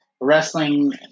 wrestling